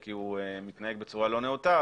כי הוא מתנהג בצורה לא נאותה,